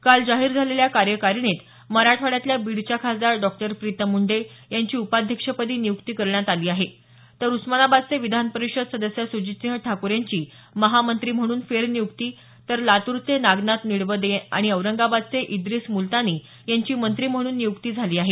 काल जाहीर झालेल्या कार्यकारिणीत मराठवाड्यातल्या बीडच्या खासदार डॉक्टर प्रितम मुंडे यांची उपाध्यक्षपदी नियुक्ती करण्यात आली आहे तर उस्मानाबादचे विधान परीषद सदस्य सुजितसिंह ठाकूर यांची महामंत्री म्हणून फेरनिय़क्ती तर लातूरचे नागनाथ निडवदे आणि औरंगाबादचे इद्रिस मुलतानी यांची मंत्री म्हणून नियुक्ती करण्यात आली आहे